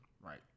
right